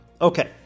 okay